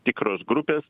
tikros grupės